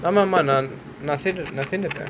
நான் சேந்துட்டேன்:naan saenthutaen